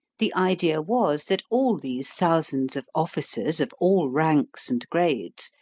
the idea was, that all these thousands of officers, of all ranks and grades,